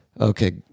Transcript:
Okay